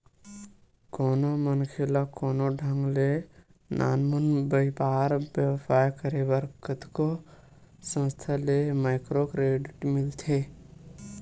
कोनो मनखे ल कोनो ढंग ले नानमुन बइपार बेवसाय करे बर कतको संस्था ले माइक्रो क्रेडिट मिलथे